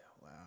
wow